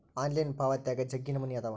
online ಪಾವಾತ್ಯಾಗ ಜಗ್ಗಿ ನಮೂನೆ ಅದಾವ